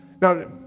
Now